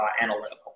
analytical